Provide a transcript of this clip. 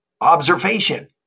observation